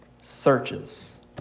searches